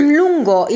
lungo